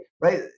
right